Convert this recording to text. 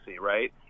right